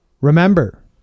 remember